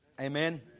Amen